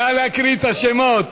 נא להקריא את השמות.